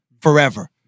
forever